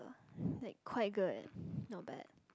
like quite good not bad